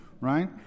right